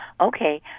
okay